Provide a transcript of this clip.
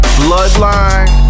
bloodline